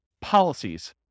policies